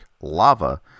lava